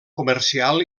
comercial